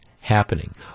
happening